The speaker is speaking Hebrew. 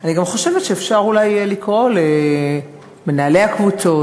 אני גם חושבת שאפשר אולי לקרוא למנהלי הקבוצות